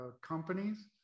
companies